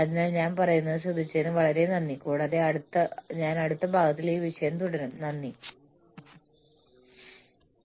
എന്നാൽ ഞാൻ പറയുന്നത് ശ്രദ്ധിച്ചതിന് വളരെ നന്ദി അടുത്ത പ്രഭാഷണത്തിൽ ഞങ്ങൾ ഹ്യൂമൻ റിസോഴ്സ് മാനേജ്മെന്റിൽ കൂടുതൽ പഠിക്കുന്നത് തുടരും